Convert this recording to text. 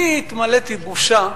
אני התמלאתי בושה,